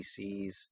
pcs